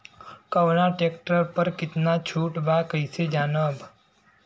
कवना ट्रेक्टर पर कितना छूट बा कैसे जानब?